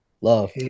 Love